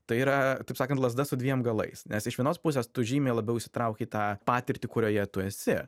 tai yra taip sakant lazda su dviem galais nes iš vienos pusės tu žymiai labiau išsitrauki į tą patirtį kurioje tu esi